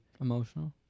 emotional